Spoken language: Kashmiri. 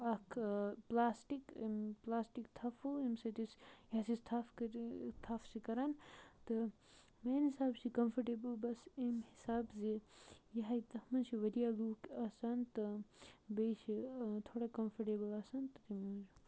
اکھ پلاسٹِک پلاسٹِک تھَفو یمہِ سۭتۍ أسۍ تھَف چھِ کران تہٕ میانہِ حِسابہ چھ کَمفٲٹیبٕل بَس امہ حَساب زِ یَہے تَتھ مَنٛز چھِ واریاہ لُکھ آسان تہٕ بیٚیہِ چھِ تھوڑا کَمفٲٹیبٕل آسان تہٕ تمے موٗجوٗب